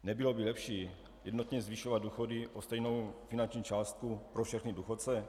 Nebylo by lepší jednotně zvyšovat důchody o stejnou finanční částku pro všechny důchodce?